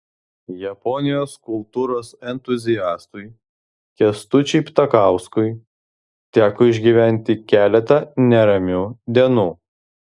japonijos kultūros entuziastui kęstučiui ptakauskui teko išgyventi keletą neramių dienų